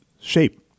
shape